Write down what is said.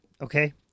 Okay